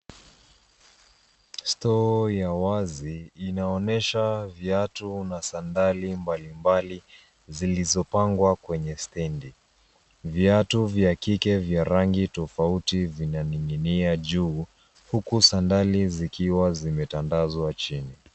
Stoo ya wazi inaonyesha viatu na sandali mbalimbali zilizopangwa kwenye stendi. Viatu vya kike vya rangi tofauti vinaninginia juu huku sandali zikiwa zimetandazwa chini.